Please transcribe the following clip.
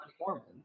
performance